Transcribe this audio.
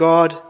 God